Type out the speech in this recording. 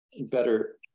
better